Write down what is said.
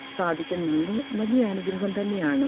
സാധിക്കുന്നുണ്ട് വലിയ അനുഗ്രഹം തന്നെയാണ്